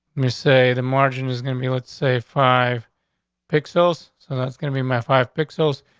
you say the margin is gonna be let's say, five pixels. so that's gonna be my five pixels.